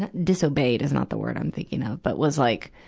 ah disobeyed is not the word i'm thinking of, but was like,